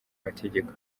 mategeko